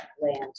land